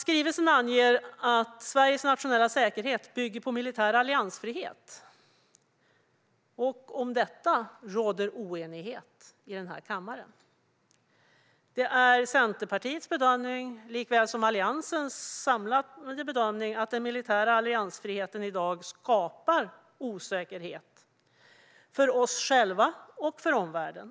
Skrivelsen anger att Sveriges nationella säkerhet bygger på militär alliansfrihet. Om detta råder oenighet i denna kammare. Det är Centerpartiets bedömning likväl som Alliansens samlade bedömning att den militära alliansfriheten i dag skapar osäkerhet för oss själva och för omvärlden.